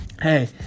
Hey